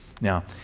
Now